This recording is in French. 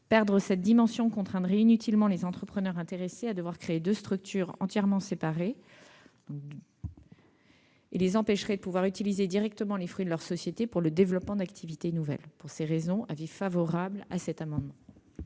Supprimer cette dimension contraindrait inutilement les entrepreneurs intéressés à créer deux structures entièrement séparées et les empêcherait d'utiliser directement les fruits de leur société pour le développement d'activités nouvelles. Je mets aux voix l'amendement